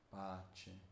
pace